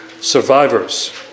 survivors